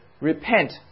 repent